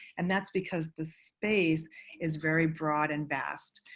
and that's because the space is very broad and vast.